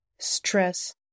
stress